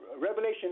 Revelation